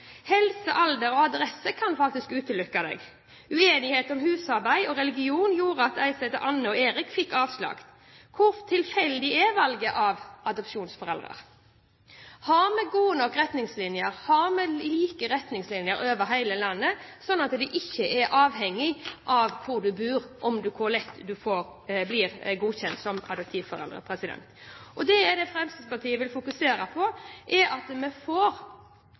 Helse, alder og adresse kan faktisk utelukke deg. Uenighet om husarbeid og religion gjorde at noen som het Anne og Eric, fikk avslag. Hvor tilfeldig er valget av adoptivforeldre? Har vi gode nok retningslinjer? Har vi like retningslinjer over hele landet, slik at det ikke er avhengig av hvor man bor, hvor lett det er å bli godkjent som adoptivforeldre? Fremskrittspartiet vil fokusere på at vi får